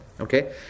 Okay